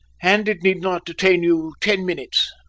and it need not detain you ten minutes.